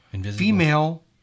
female